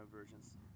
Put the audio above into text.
versions